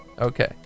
okay